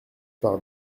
par